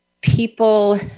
people